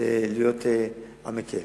להיות המקל.